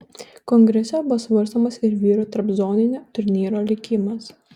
kongrese bus svarstomas ir vyrų tarpzoninio turnyro likimas